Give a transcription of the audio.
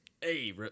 Hey